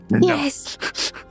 Yes